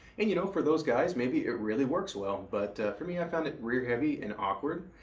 and you know for those guys, maybe it really works well. but for me, i found it rear heavy and awkward.